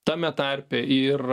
tame tarpe ir